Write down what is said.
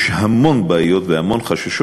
יש המון בעיות והמון חששות,